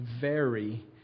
vary